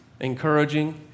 encouraging